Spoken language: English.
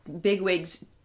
Bigwig's